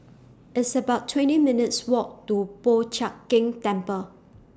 It's about twenty seven minutes' Walk to Po Chiak Keng Temple